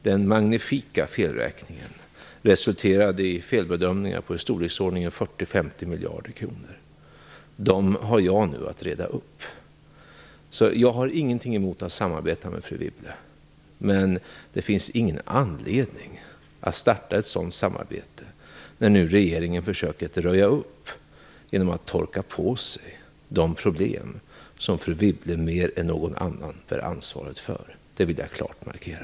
Den magnifika felräkningen resulterade i felbedömningar på i storleksordningen 40-50 miljarder kronor. De har jag nu att reda upp. Jag har ingenting emot att samarbeta med fru Wibble. Men det finns ingen anledning att starta ett sådant samarbete när nu regeringen försöker röja upp genom att torka på sig de problem som fru Wibble mer än någon annan bär ansvaret för. Det vill jag klart markera.